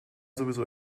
sowieso